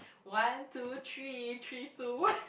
one two three three two one